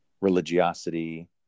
religiosity